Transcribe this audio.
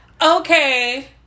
Okay